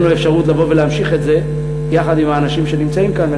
תהיה לנו אפשרות לבוא ולהמשיך את זה יחד עם האנשים שנמצאים כאן,